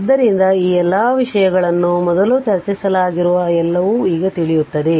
ಆದ್ದರಿಂದ ಈ ಎಲ್ಲ ವಿಷಯಗಳನ್ನು ಮೊದಲು ಚರ್ಚಿಸಲಾಗಿರುವ ಎಲ್ಲವು ಈಗ ತಿಳಿಯುತ್ತದೆ